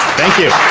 thank you.